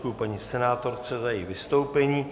Děkuji paní senátorce za její vystoupení.